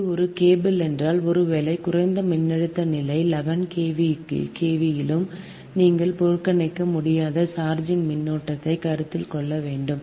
அது ஒரு கேபிள் என்றால் ஒருவேளை குறைந்த மின்னழுத்த நிலை 11 KV யிலும் நீங்கள் புறக்கணிக்க முடியாத சார்ஜிங் மின்னோட்டத்தை கருத்தில் கொள்ள வேண்டும்